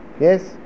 yes